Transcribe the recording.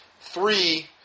three